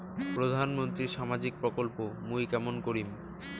প্রধান মন্ত্রীর সামাজিক প্রকল্প মুই কেমন করিম?